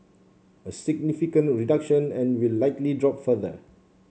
a significant reduction and will likely drop further